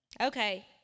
Okay